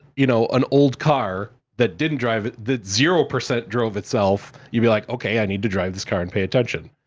you know, an old car that didn't drive, that zero percent drove itself, you'd be like, okay, i need to drive this car and pay attention.